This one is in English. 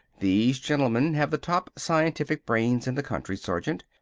these gentlemen have the top scientific brains in the country, sergeant.